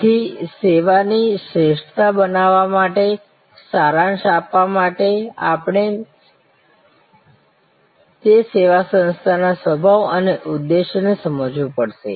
તેથી સેવાની શ્રેષ્ઠતા બનાવવા માટે સારાંશ આપવા માટે આપણે તે સેવા સંસ્થાના સ્વભાવ અને ઉદ્દેશ્યને સમજવું પડશે